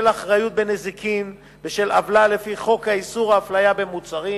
אחריות בנזיקין ושל עוולה לפי חוק איסור הפליה במוצרים,